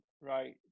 right